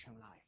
life